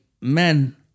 men